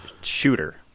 Shooter